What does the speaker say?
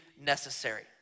necessary